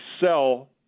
sell